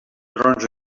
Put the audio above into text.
trons